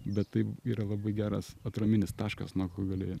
bet tai yra labai geras atraminis taškas nuo ko gali